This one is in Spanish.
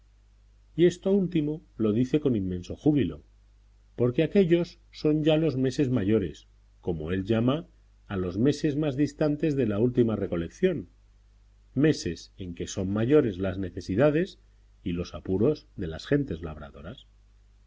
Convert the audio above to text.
y esto último lo dice con inmenso júbilo porque aquéllos son ya los meses mayores como él llama a los meses más distantes de la última recolección meses en que son mayores las necesidades y los apuros de las gentes labradoras